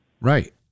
Right